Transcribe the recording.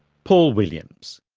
paul williams.